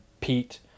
Pete